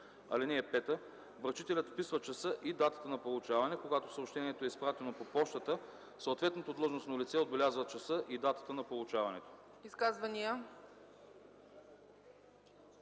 банката. (5) Връчителят вписва часа и датата на получаване. Когато съобщението е изпратено по пощата, съответното длъжностно лице отбелязва часа и датата на получаването.”